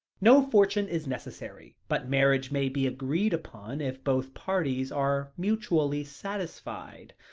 no fortune is necessary, but marriage may be agreed upon if both parties are mutually satisfied.